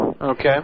Okay